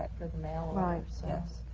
for the mail. right.